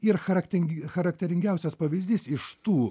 ir charakteringi charakteringiausias pavyzdys iš tų